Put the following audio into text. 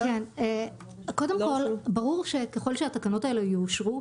קודם כל ברור שככל שהתקנות האלה יאושרו,